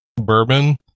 bourbon